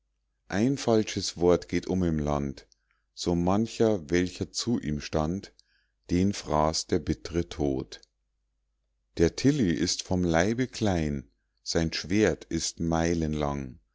ein falsches wort geht um im land so mancher welcher zu ihm stand den fraß der bitt're tod der tilly ist von leibe klein sein schwert ist meilenlang